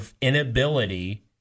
inability